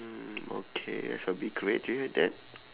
mm okay that's a bit great to hear that